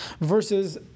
versus